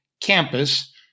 campus